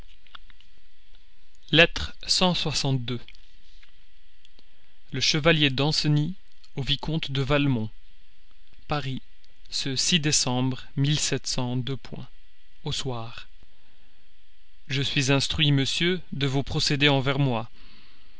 le chevalier danceny au vicomte de valmont je suis instruit monsieur de vos procédés envers moi